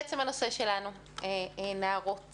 הנושא שלנו היום הוא נערות